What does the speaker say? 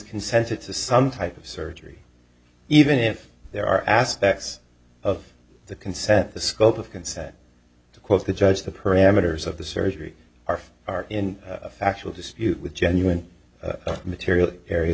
consented to some type of surgery even if there are aspects of the consent the scope of can set to cause the judge the parameters of the surgery are are in a factual dispute with genuine material areas